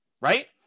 right